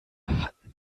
hatten